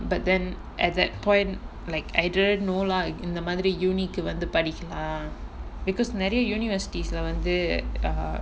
but then at that point like I don't know like இந்த மாதிரி:intha maathiri uni கு வந்து படிக்கலா:ku vanthu padikalaa because நிறைய:niraiya universities lah வந்து:vanthu ah